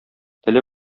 теле